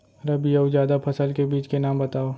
रबि अऊ जादा फसल के बीज के नाम बताव?